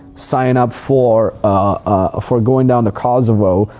sign up for ah for going down to kosovo,